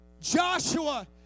Joshua